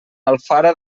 alfara